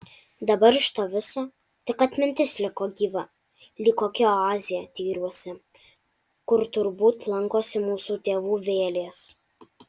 dabar iš to viso tik atmintis liko gyva lyg kokia oazė tyruose kur turbūt lankosi mūsų tėvų vėlės